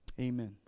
Amen